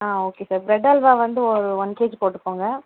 ஆ okay sir bread halwa வந்து ஒரு one KG போட்டுக்கோங்க